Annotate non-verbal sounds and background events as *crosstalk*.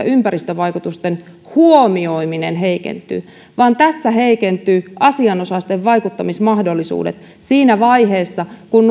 *unintelligible* ympäristövaikutusten huomioiminen heikentyy vaan tässä heikentyvät asianosaisten vaikuttamismahdollisuudet siinä vaiheessa kun *unintelligible*